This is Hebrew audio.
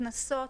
קנסות,